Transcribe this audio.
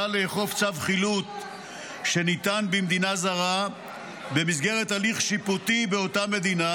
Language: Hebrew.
לאכוף צו חילוט שניתן במדינה זרה במסגרת הליך שיפוטי באותה מדינה,